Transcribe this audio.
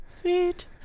Sweet